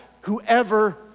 whoever